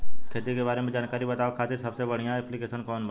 खेती के बारे में जानकारी बतावे खातिर सबसे बढ़िया ऐप्लिकेशन कौन बा?